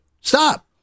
Stop